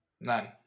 None